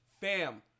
Fam